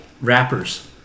rappers